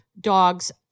dogs